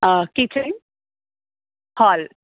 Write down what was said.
kitchen hall